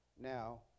now